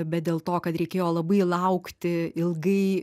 bet dėl to kad reikėjo labai laukti ilgai